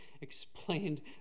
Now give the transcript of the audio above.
explained